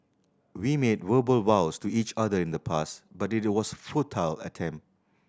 we made verbal vows to each other in the past but it was futile attempt